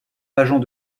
agent